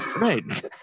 right